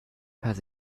has